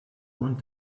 want